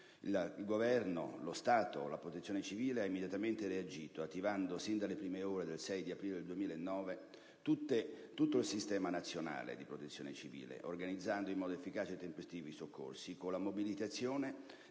il Governo, lo Stato, la Protezione civile hanno immediatamente reagito, attivando, sin dalle prime ore del 6 aprile 2009, tutto il sistema nazionale di Protezione civile, organizzando in modo efficace e tempestivo i soccorsi, con la mobilitazione